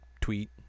tweet